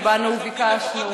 שבאנו וביקשנו,